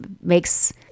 makes